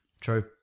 True